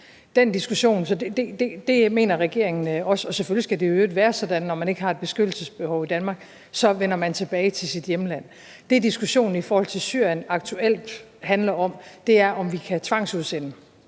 Det mener regeringen. Og selvfølgelig skal det i øvrigt være sådan, når man ikke har et beskyttelsesbehov i Danmark, at så vender man tilbage til sit hjemland. Det, diskussionen i forhold til Syrien aktuelt handler om, er, om vi kan tvangsudsende